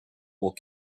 will